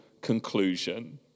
conclusion